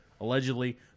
Allegedly